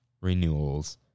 Renewals